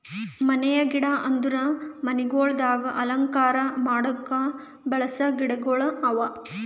ಮನೆಯ ಗಿಡ ಅಂದುರ್ ಮನಿಗೊಳ್ದಾಗ್ ಅಲಂಕಾರ ಮಾಡುಕ್ ಬೆಳಸ ಗಿಡಗೊಳ್ ಅವಾ